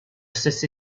stesso